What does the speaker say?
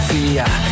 Fear